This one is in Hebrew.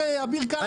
אביר קארה צועק.